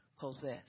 possess